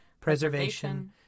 preservation